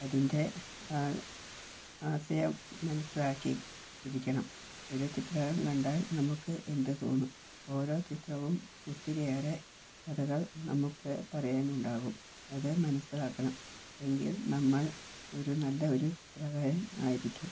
അതിൻ്റെ ആ ആശയം മനസ്സിലാക്കി ഇരിക്കണം ഒരു ചിത്രം കണ്ടാൽ നമുക്ക് എന്തുതോന്നും ഓരോ ചിത്രവും ഒത്തിരിയേറെ കഥകൾ നമുക്ക് പറയാനുണ്ടാകും അത് മനസ്സിലാക്കണം എങ്കിൽ നമ്മൾ ഒരു നല്ല ഒരു ചിത്രകാരൻ ആയിരിക്കും